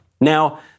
Now